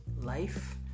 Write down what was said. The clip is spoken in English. life